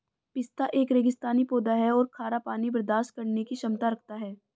पिस्ता एक रेगिस्तानी पौधा है और खारा पानी बर्दाश्त करने की क्षमता रखता है